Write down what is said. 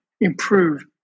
improve